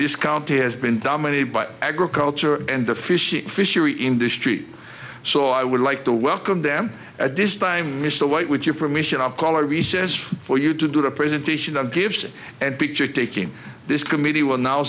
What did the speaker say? this county has been dominated by agriculture and the fishing fishery industry so i would like to welcome them at this time mr white with your permission of color recess for you to do the presentation of gifts and picture taking this committee will now